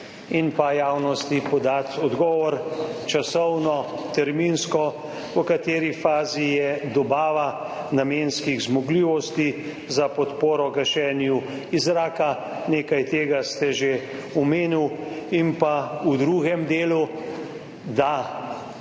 in javnosti podati odgovor, časovno, terminsko, v kateri fazi je dobava namenskih zmogljivosti za podporo gašenju iz zraka. Nekaj tega ste že omenili. In pa v drugem delu, da štejejo